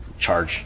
charge